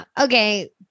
okay